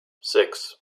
six